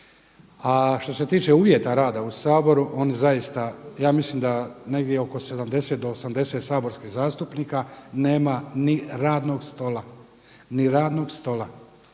A što se tiče uvjeta rada u Saboru, ja mislim da negdje oko 70 do 80 saborskih zastupnika nema ni radnog stola.